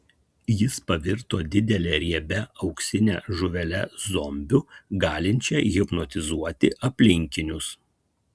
jis pavirto didele riebia auksine žuvele zombiu galinčia hipnotizuoti aplinkinius